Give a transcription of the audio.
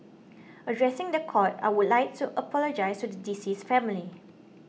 addressing the court I would like to apologise to the deceased's family